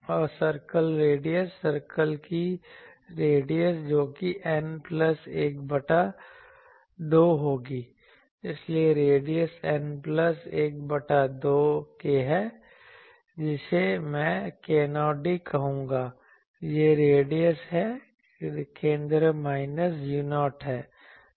और circle radius circle की radius जो कि N प्लस 1 बटा 2 होगी इसलिए रेडियस N प्लस 1 बटा 2 k है जिसे मैं k0d कहूंगा यह रेडियस है केंद्र माइनस u0 है